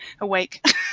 awake